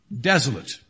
desolate